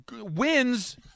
wins